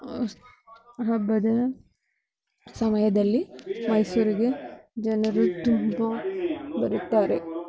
ಹಬ್ಬದ ಸಮಯದಲ್ಲಿ ಮೈಸೂರಿಗೆ ಜನರು ತುಂಬ ಬರುತ್ತಾರೆ